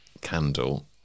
candle